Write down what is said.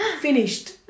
finished